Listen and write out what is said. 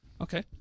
Okay